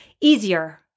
easier